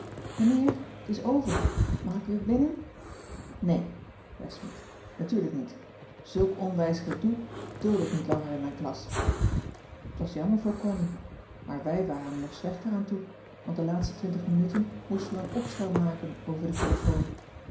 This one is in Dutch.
meneer t is over mag ik weer binnen nee zei smidt natuurlijk niet zulk onwijs gedoe duld ik niet langer in mijn klas t was jammer voor connie maar wij waren er nog slechter aan toe want de laatste twintig minuten moesten we een opstel maken over de telefoon